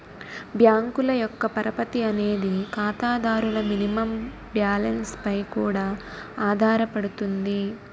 బ్యాంకుల యొక్క పరపతి అనేది ఖాతాదారుల మినిమం బ్యాలెన్స్ పై కూడా ఆధారపడుతుంది